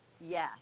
Yes